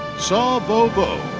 saw bo bo.